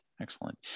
Excellent